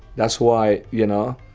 that's why, you know,